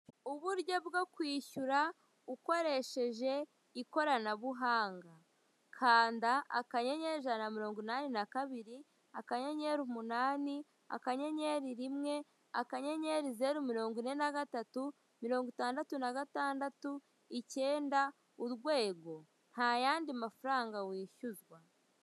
Uburyo bwo kwishyura ukoresheje ikoranabuhanga, kanda akanyenyeri ijana na mirongo inani na kabiri, akanyenyeri umunani, akanyenyeri rimwe, akanyenyeri zeru mirongo ine na gatatu, mirongo itandatu na gatandatu, ikenda, urwego, nta yandi mafaranga wishyuzwa.